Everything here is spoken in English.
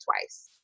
twice